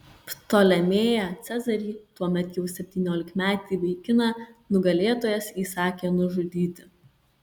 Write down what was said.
ptolemėją cezarį tuomet jau septyniolikmetį vaikiną nugalėtojas įsakė nužudyti